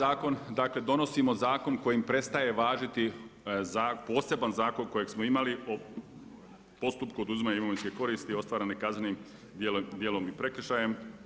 Dakle donosimo zakon kojim prestaje važiti poseban zakon kojeg smo imali o postupku oduzimanju imovinske koristi ostvarene kaznenim djelom i prekršajem.